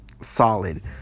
solid